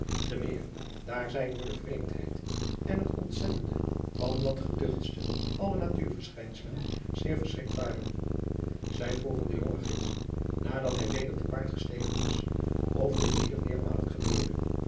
te meer daar zij door de vreemdheid en het ontzettende van dat geduchtste aller natuurverschijnselen zeer verschrikt waren zij vroegen den jongen gids nadat hij weder te paard gestegen was of dit hier meermalen gebeurde